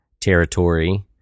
territory